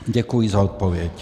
Děkuji za odpověď.